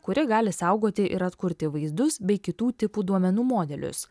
kuri gali saugoti ir atkurti vaizdus bei kitų tipų duomenų modelius